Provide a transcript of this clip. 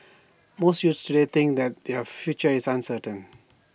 most youths today think that their future is uncertain